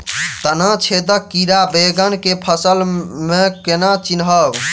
तना छेदक कीड़ा बैंगन केँ फसल म केना चिनहब?